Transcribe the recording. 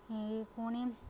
ଏ ପୁଣି